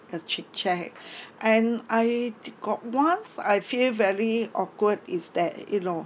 the chit-chat and I did got once I feel very awkward is that you know